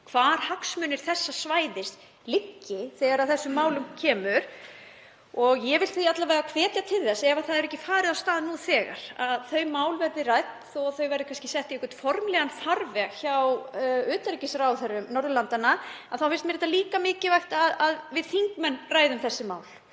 hvar hagsmunir þessa svæðis liggi þegar að þessum málum kemur. Og ég vil því alla vega hvetja til þess, ef það hefur ekki farið af stað nú þegar, að þau mál verði rædd. Þó að þau verði kannski sett í einhvern formlegan farveg hjá utanríkisráðherrum Norðurlandanna þá finnst mér líka mikilvægt að við þingmenn ræðum þessi mál.